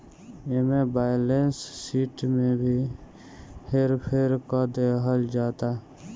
एमे balance sheet में भी हेर फेर क देहल जाता